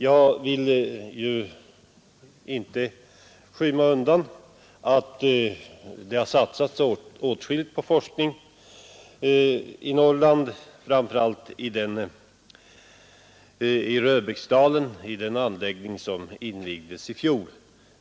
Jag vill inte skymma undan att det har satsats åtskilligt på forskning i Norrland, framför allt i den anläggning vid Röbäcksdalen som invigdes i fjol.